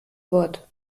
wort